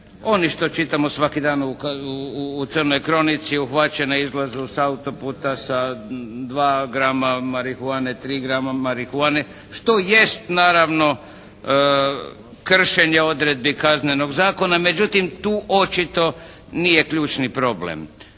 oni što čitamo svaki dan u “Crnoj kronici“ uhvaćen na izlazu sa autoputa sa dva grama marihuane, tri grama marihuane što jest naravno kršenje odredbi Kaznenog zakona. Međutim, tu očito nije ključni problem.